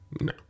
No